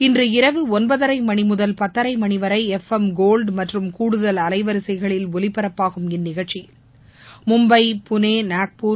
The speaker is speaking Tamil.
இன்று இரவு ஒன்பதரை மணி முதல் பத்தரை மணி வரை எஃப்ளம் கோல்டு மற்றும் கூடுதல் அலைவரிசைகளில் ஒலிபரப்பாகும் இந்நிகழ்ச்சியில் மும்பை புனே நாக்பூர்